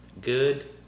good